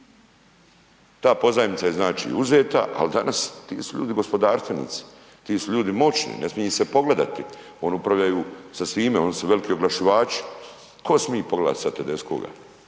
Ta pozajmica je znači uzeta ali danas ti su ljudi gospodarstvenici, ti su ljudi moćni, ne smije ih se pogledati, oni upravljaju sa svime, oni su veliki oglašivači. Tko smije pogledati sad Tedeschoga,